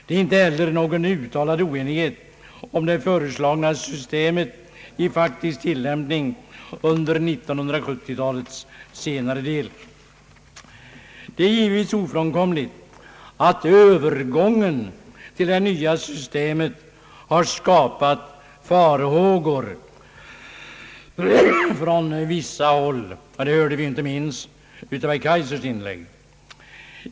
Det föreligger inte heller någon uttalad oenighet om att det föreslagna systemet skall vara i faktisk tillämpning under 1970-talets senare del. Det är givetvis ofrånkomligt att övergången till det nya systemet har skapat farhågor från vissa håll. Det framgick inte minst av herr Kaijsers inlägg.